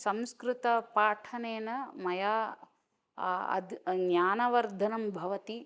संस्कृतपाठनेन मया अद् ज्ञानवर्धनं भवति